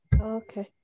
Okay